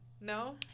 No